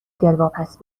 دلواپس